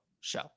show